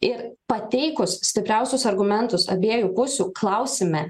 ir pateikus stipriausius argumentus abiejų pusių klausime